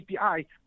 API